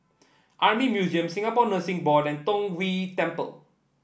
Army Museum Singapore Nursing Board and Tong Whye Temple